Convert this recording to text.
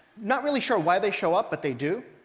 not really sure why they show up, but they do.